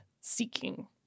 seeking